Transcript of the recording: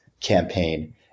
campaign